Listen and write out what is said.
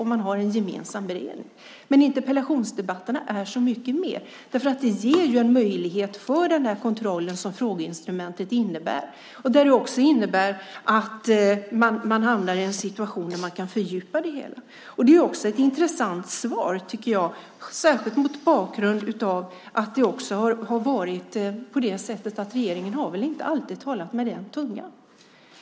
Man har en gemensam beredning, men interpellationsdebatterna är så mycket mer eftersom de ger möjlighet för den kontroll som det frågeinstrumentet innebär, och det innebär också att man kan fördjupa det hela. Svaret är även intressant mot bakgrund av att regeringen väl inte alltid talat med en mun.